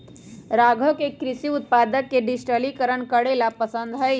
राघव के कृषि उत्पादक के डिजिटलीकरण करे ला पसंद हई